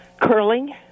curling